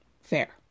Fair